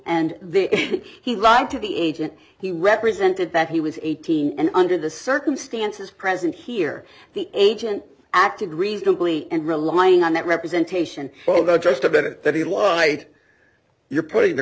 then he lied to the agent he represented that he was eighteen and under the circumstances present here the agent acted reasonably and relying on that representation but the gist of it that he lied you're putting the